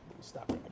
Stop